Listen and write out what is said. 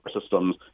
systems